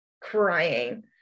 crying